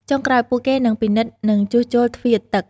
ចុងក្រោយ ពួកគេនឹងពិនិត្យ និងជួសជុលទ្វារទឹក។